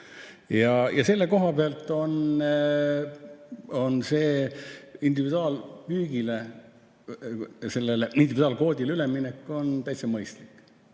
Selle koha pealt on see individuaalkvoodile üleminek täitsa mõistlik.